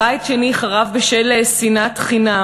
בית שני חרב בשל שנאת חינם,